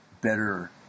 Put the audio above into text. better